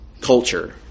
culture